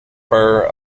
fur